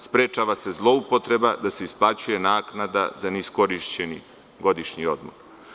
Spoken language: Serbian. Sprečava se zloupotreba da se isplaćuje naknada za neiskorišćeni godišnji odmor.